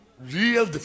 Real